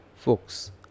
Folks